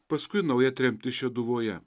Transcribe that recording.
paskui nauja tremtis šeduvoje